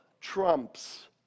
trumps